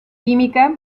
química